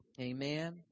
Amen